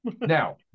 Now